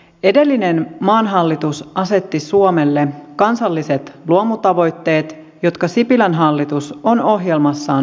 edellinen maan hallitus asetti suomelle kansalliset luomutavoitteet jotka sipilän hallitus on ohjelmassaan hyväksynyt